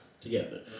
together